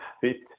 fit